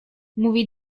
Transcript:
mówi